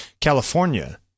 California